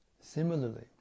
Similarly